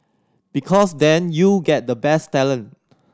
because then you get the best talent